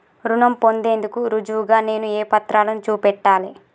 రుణం పొందేందుకు రుజువుగా నేను ఏ పత్రాలను చూపెట్టాలె?